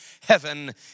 heaven